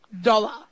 dollar